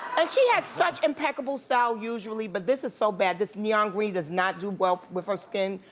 and she has such impeccable style, usually, but this is so bad. this neon green does not do well with her skin,